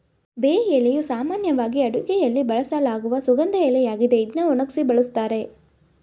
ಬೇ ಎಲೆಯು ಸಾಮಾನ್ಯವಾಗಿ ಅಡುಗೆಯಲ್ಲಿ ಬಳಸಲಾಗುವ ಸುಗಂಧ ಎಲೆಯಾಗಿದೆ ಇದ್ನ ಒಣಗ್ಸಿ ಬಳುಸ್ತಾರೆ